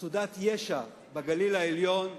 מצודת- ישע בגליל העליון,